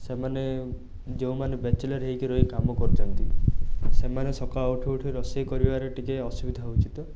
ସେମାନେ ଯେଉଁମାନେ ବ୍ୟାଚଲର୍ ହେଇକି ରହି କାମ କରୁଛନ୍ତି ସେମାନେ ସକାଳୁ ଉଠୁ ଉଠୁ ରୋଷେଇ କରିବାରେ ଟିକିଏ ଅସୁବିଧା ହେଉଛି ତ